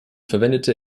verwendete